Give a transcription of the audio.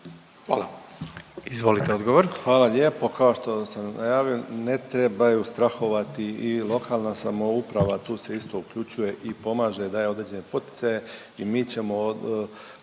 Tomislav (HDZ)** Hvala lijepo. Kao što sam najavio ne trebaju strahovati i lokalna samouprava tu se isto uključuje i pomaže, daje određene poticaje i mi ćemo